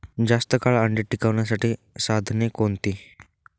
जास्त काळ अंडी टिकवण्यासाठी साधने कोणती?